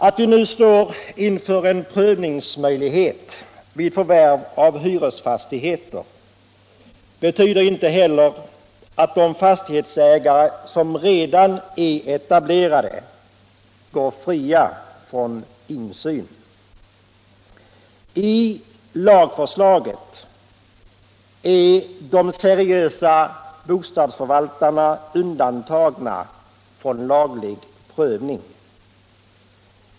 Att vi nu står inför en prövningsmöjlighet vid förvärv av hyresfastigheter betyder inte heller att de fastighetsägare som redan är etablerade går fria från insyn. I lagförslaget är de seriösa bostadsförvaltarna undantagna från laglig prövning.